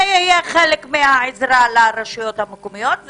זה יהיה חלק מהעזרה לרשויות המקומיות,